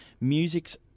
music's